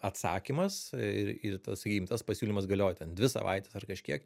atsakymas ir ir tas sakykim tas pasiūlymas galioja ten dvi savaites ar kažkiek